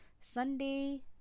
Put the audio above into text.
Sunday